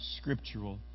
scriptural